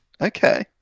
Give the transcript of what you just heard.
okay